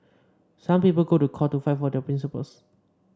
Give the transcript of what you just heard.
some people go to court to fight for their principles